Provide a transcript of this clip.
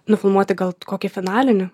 nufilmuoti gal kokį finalinį